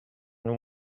and